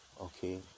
okay